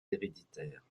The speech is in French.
héréditaire